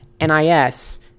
NIS